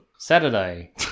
Saturday